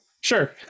Sure